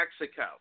Mexico